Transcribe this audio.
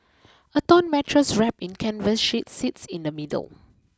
a torn mattress wrapped in canvas sheets sits in the middle